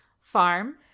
farm